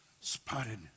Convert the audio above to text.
spotted